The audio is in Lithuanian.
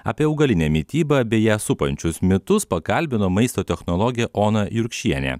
apie augalinę mitybą bei ją supančius mitus pakalbino maisto technologę ona jurkšienė